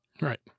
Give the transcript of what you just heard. Right